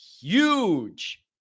huge